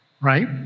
right